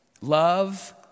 love